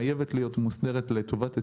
חייבת להיות מוסדרת לטובת הציבור.